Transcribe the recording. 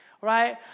right